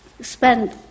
spend